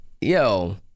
yo